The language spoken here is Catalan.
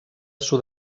sud